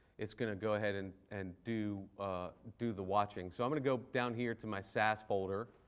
it's going to go ahead and and do do the watching. so i'm going to go down here to my saas folder,